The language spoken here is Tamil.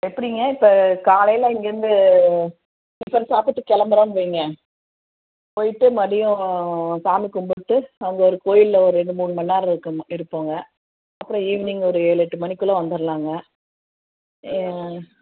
எப்படிங்க இப்போ காலையில் இங்கேர்ந்து டிஃபன் சாப்பிட்டு கிளம்புறோன்னு வைங்க போயிட்டு மதியம் சாமி கும்பிட்டு அங்கே ஒரு கோவிலில் ஒரு ரெண்டு மூணு மண்நேரம் இருக்கணும் இருப்பங்க அப்புறம் ஈவினிங் ஒரு ஏழு எட்டு மணிக்குள்ளே வந்துரலாங்க ஏன்